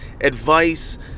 advice